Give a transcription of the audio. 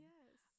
Yes